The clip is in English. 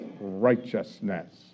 righteousness